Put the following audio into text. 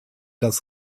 das